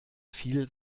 viel